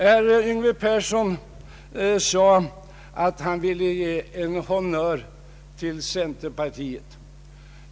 Herr Yngve Persson sade att han ville ge en honnör till centerpartiet.